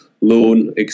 loan